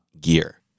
gear